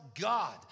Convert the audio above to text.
God